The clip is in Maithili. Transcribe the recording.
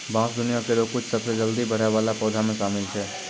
बांस दुनिया केरो कुछ सबसें जल्दी बढ़ै वाला पौधा म शामिल छै